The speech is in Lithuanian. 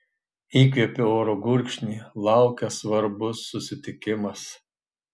įkvėpiu oro gurkšnį laukia svarbus susitikimas